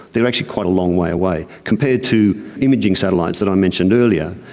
they are actually quite a long way away, compared to imaging satellites that i mentioned earlier,